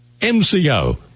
MCO